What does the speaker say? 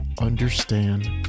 understand